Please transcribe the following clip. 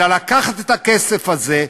אלא לקחת את הכסף הזה,